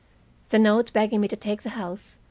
the note begging me to take the house,